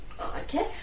Okay